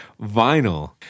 vinyl